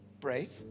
Brave